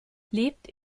lebt